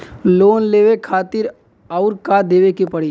Loan लेवे खातिर अउर का देवे के पड़ी?